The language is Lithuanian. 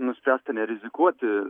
nuspręsta nerizikuoti